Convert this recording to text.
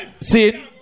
See